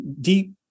deep